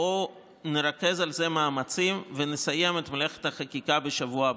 בואו נרכז על זה מאמצים ונסיים את מלאכת החקיקה בשבוע הבא.